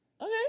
Okay